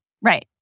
Right